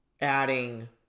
adding